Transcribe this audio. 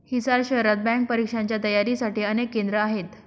हिसार शहरात बँक परीक्षांच्या तयारीसाठी अनेक केंद्रे आहेत